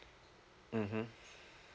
mmhmm